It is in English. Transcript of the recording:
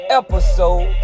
episode